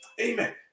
Amen